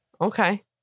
Okay